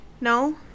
No